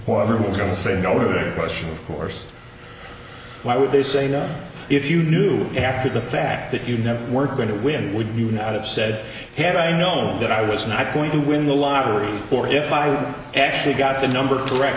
who was going to say no to question of course why would they say no if you knew after the fact that you never were going to win would you not have said had i known that i was not going to win the lottery or if i actually got the number correct